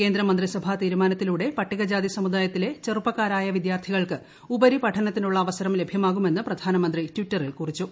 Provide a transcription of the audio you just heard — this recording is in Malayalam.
കേന്ദ്ര മന്ത്രിസഭാ തീരുമാനത്തിലൂടെ പട്ടികജാതി സമുദായത്തിലെ ചെറുപ്പക്കാരായ വിദ്യാർത്ഥികൾക്ക് ഉപരിപഠനത്തിനുള്ള അവസരം പ്രധാനമന്ത്രി ടിറ്ററിൽ കുറിച്ചു